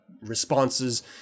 responses